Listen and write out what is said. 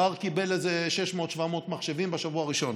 מר'אר קיבל איזה 600 700 מחשבים בשבוע הראשון,